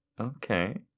Okay